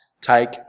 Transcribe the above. take